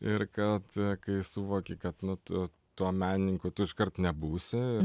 ir kad kai suvoki kad nu tu tuo menininku tu iškart nebūsi